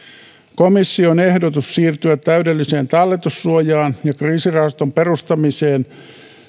komission ehdotus siirtyä täydelliseen talletussuojaan ja kriisirahaston perustamiseen